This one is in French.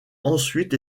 ensuite